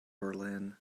berlin